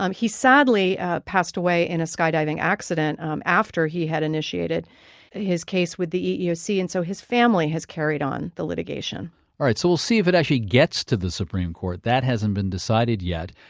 um he sadly ah passed away in a skydiving accident after he had initiated his case with the eeoc, and so his family has carried on the litigation all right, so we'll see if it actually gets to the supreme court. that hasn't been decided yet.